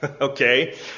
Okay